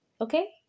Okay